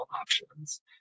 options